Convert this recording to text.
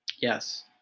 Yes